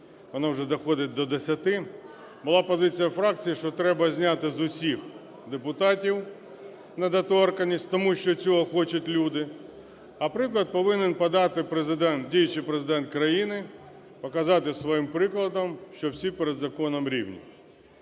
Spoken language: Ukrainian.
воно вже доходить до десяти, була позиція фракції, що треба зняти з усіх депутатів недоторканність, тому що цього хочуть люди, а приклад повинен подати Президент, діючий Президент країни показати своїм прикладом, що всі перед законом рівні.